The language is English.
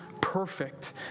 perfect